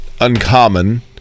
uncommon